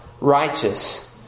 righteous